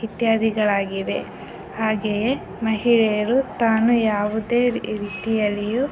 ಇತ್ಯಾದಿಗಳಾಗಿವೆ ಹಾಗೆಯೇ ಮಹಿಳೆಯರು ತಾನು ಯಾವುದೇ ರೀತಿಯಲ್ಲಿಯೂ